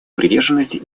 приверженность